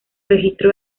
registros